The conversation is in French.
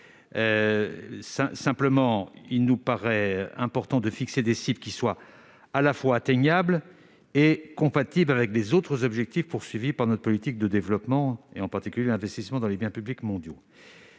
mais il nous paraît important de fixer des cibles à la fois atteignables et compatibles avec les autres objectifs de notre politique de développement, en particulier l'investissement dans les biens publics mondiaux.